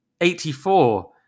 84